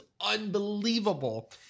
unbelievable